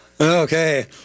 Okay